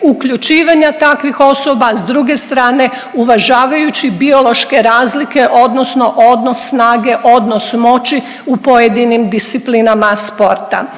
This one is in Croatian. uključivanja takvih osoba, s druge strane uvažavajući biološke razlike, odnosno odnos snage, odnos moći u pojedinim disciplinama sporta